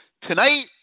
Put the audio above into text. Tonight